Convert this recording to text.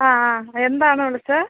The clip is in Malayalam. ആ ആ എന്താണ് വിളിച്ചത്